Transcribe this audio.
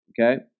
Okay